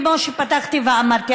כמו שפתחתי ואמרתי,